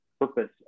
purpose